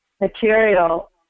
material